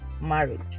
marriage